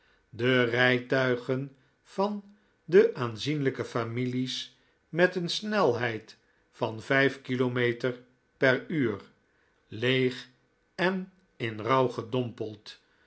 de rijtuigen van de aanzienlijke families met een snelheid van vijf kilometer per uur leeg en in rouw gedompeld